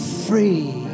free